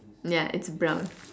ya it's brown